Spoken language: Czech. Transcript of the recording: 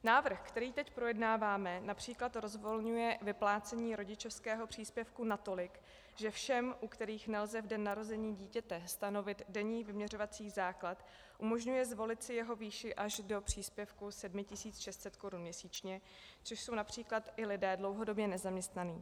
Návrh, který teď projednáváme, např. rozvolňuje vyplácení rodičovského příspěvku natolik, že všem, u kterých nelze v den narození dítěte stanovit denní vyměřovací základ, umožňuje zvolit si jeho výši až do příspěvku 7 600 korun měsíčně, což jsou např. i lidé dlouhodobě nezaměstnaní.